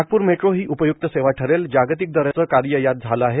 Nagpur metro ही उपयुक्त सेवा ठरेल जागतिक दर्जाचं कार्य यात झालं आहे